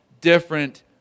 different